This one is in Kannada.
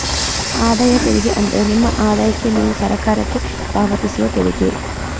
ಆದಾಯ ತೆರಿಗೆ ಅಂದ್ರೆ ನಿಮ್ಮ ಆದಾಯಕ್ಕೆ ನೀವು ಸರಕಾರಕ್ಕೆ ಪಾವತಿಸುವ ತೆರಿಗೆ